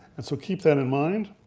and so keep that in mind,